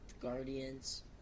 Guardians